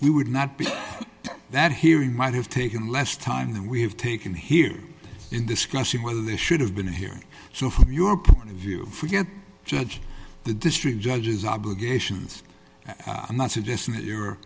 we would not be at that hearing might have taken less time than we have taken here in discussing whether they should have been here so from your point of view forget judge the district judges obligations i'm not suggesting that you